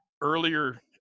earlier